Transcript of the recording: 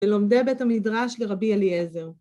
ולומדי בית המדרש לרבי אליעזר.